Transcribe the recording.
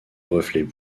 reflets